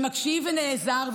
מקשיב ונעזר,